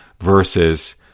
versus